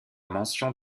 mention